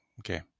okay